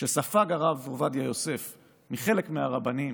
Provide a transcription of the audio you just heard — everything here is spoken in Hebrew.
שספג הרב עובדיה יוסף מחלק מהרבנים,